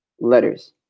letters